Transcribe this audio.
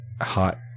hot